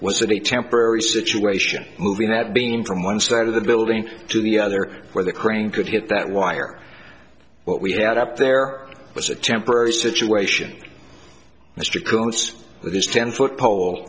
that a temporary situation moving that being in from one side of the building to the other where the crane could get that wire what we had up there was a temporary situation mr coon with his ten foot pole